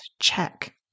check